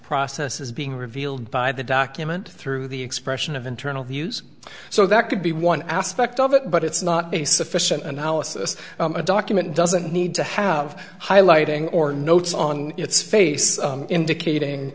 process is being revealed by the document through the expression of internal views so that could be one aspect of it but it's not a sufficient analysis a document doesn't need to have highlighting or notes on its face indicating